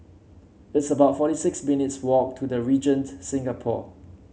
it's about forty six minutes' walk to The Regent Singapore